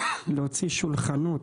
להוציא שולחנות,